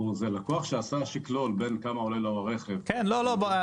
זה לקוח שעשה שקלול בין כמה עולה לו רכב --- הקונסטלציה,